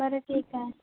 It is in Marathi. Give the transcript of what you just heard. बरं ठीक आहे